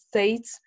States